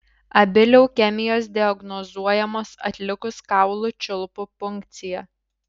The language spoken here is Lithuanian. abi leukemijos diagnozuojamos atlikus kaulų čiulpų punkciją